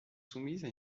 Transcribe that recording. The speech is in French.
soumises